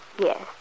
Yes